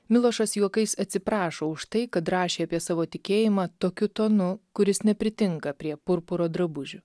milošas juokais atsiprašo už tai kad rašė apie savo tikėjimą tokiu tonu kuris nepritinka prie purpuro drabužių